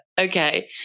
Okay